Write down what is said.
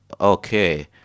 okay